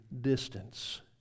distance